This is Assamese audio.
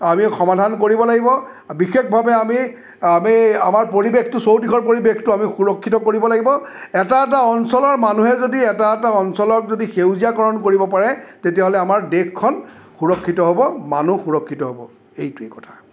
আমি সমাধান কৰিব লাগিব বিশেষভাৱে আমি আমাৰ আমি আমাৰ পৰিৱেশটো চৌদিশৰ পৰিৱেশটো আমি সুৰক্ষিত কৰিব লাগিব এটা এটা অঞ্চলৰ মানুহে যদি এটা এটা অঞ্চলক যদি সেউজীয়াকৰণ কৰিব পাৰে তেতিয়াহ'লে আমাৰ দেশখন সুৰক্ষিত হ'ব মানুহ সুৰক্ষিত হ'ব এইটোৱেই কথা